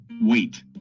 Wait